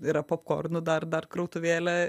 yra popkornų dar dar krautuvėlė